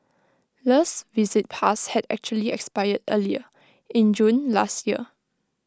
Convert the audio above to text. le's visit pass had actually expired earlier in June last year